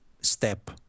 step